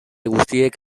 guztiek